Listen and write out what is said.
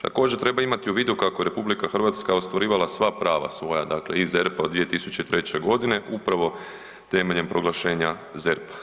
Također treba imati u vidu kako je RH ostvarivala sva prava svoja i ZERP-a od 2003.g. upravo temeljem proglašenja ZERP-a.